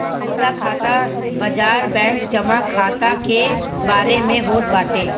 मुद्रा खाता बाजार बैंक जमा खाता के बारे में होत बाटे